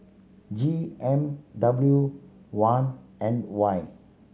G M W one N Y